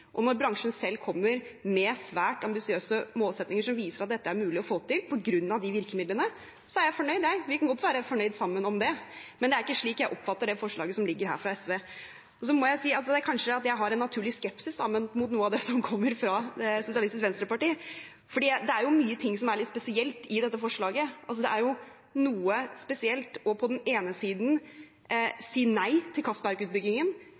Når bransjen selv kommer med svært ambisiøse målsettinger som viser at dette er mulig å få til – på grunn av de virkemidlene – er jeg fornøyd. Vi kan godt være fornøyd sammen om det, men det er ikke slik jeg oppfatter det forslaget som ligger her fra SV. Så må jeg si – og jeg har kanskje en naturlig skepsis mot noe av det som kommer fra Sosialistisk Venstreparti – at det er mye som er litt spesielt i dette forslaget. Det er noe spesielt på den ene siden å si nei til